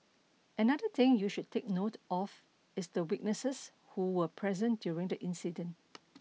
another thing you should take note of is the witnesses who were present during the incident